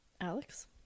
Alex